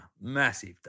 Massive